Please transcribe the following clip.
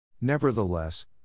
Nevertheless